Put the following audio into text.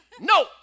No